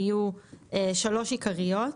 היו שלוש עיקריות,